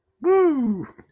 woo